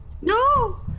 No